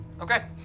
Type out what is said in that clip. Okay